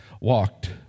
walked